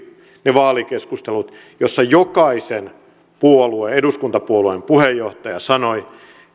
vaalikeskustelut joissa jokaisen eduskuntapuolueen puheenjohtaja sanoi